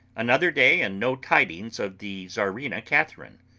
another day and no tidings of the czarina catherine.